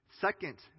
second